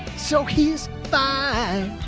so he's fine.